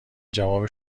جواب